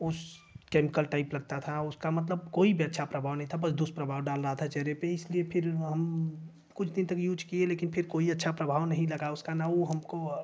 उस chemical type लगता था उसका मतलब कोई भी अच्छा प्रभाव नहीं था बस दुष्प्रभाव डाल रहा था चेहरे पर इसलिए फिर हम कुछ दिन तक यूज किए लेकिन फिर कोई अच्छा प्रभाव नहीं लगा उसका न वो हमको